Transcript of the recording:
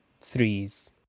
threes